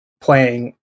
playing